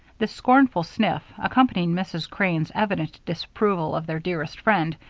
this scornful sniff, accompanying mrs. crane's evident disapproval of their dearest friend,